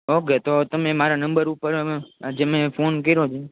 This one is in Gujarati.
ઓકે તો તમે મારા નંબર ઉપર જે મેં ફોન કર્યો છે